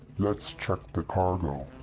let's check the cargo.